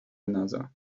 another